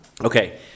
Okay